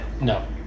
No